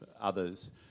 others